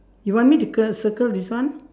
you want me to ~cle circle this one